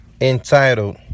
Entitled